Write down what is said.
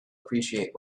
appreciate